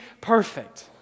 perfect